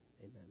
Amen